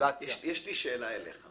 ברגולציה --- יש לי שאלה אליך.